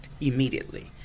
immediately